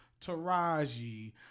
Taraji